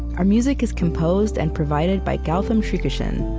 our music is composed and provided by gautam srikishan.